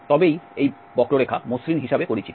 তবেই এই বক্ররেখা মসৃণ হিসাবে পরিচিত